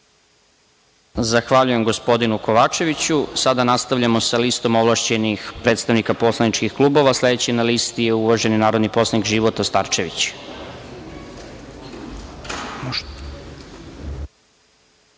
Zahvaljujem gospodinu Kovačeviću. Sada nastavljamo sa listom ovlašćenih predstavnika poslaničkih klubova. Sledeći na listi je uvaženi narodni poslanik Života Starčević.